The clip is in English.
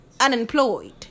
Unemployed